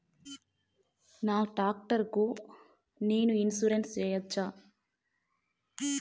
నా టాక్టర్ కు నేను ఇన్సూరెన్సు సేయొచ్చా?